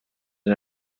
and